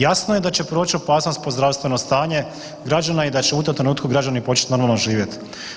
Jasno je da će proći opasnost po zdravstveno stanje građana i da će u tom trenutku građani početi normalno živjeti.